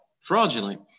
fraudulent